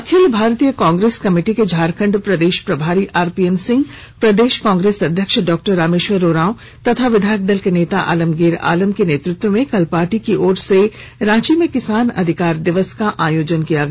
अखिल भारतीय Congress committee के झारखंड प्रदेश प्रभारी आरपीएन सिंह प्रदेश कांग्रेस अध्यक्ष डॉ रामेश्वर उरांव तथा विधायक दल के नेता आलमगीर आलम के नेतृत्व में कल पार्टी की ओर से रांची में किसान अधिकार दिवस का आयोजन किया गया